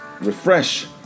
refresh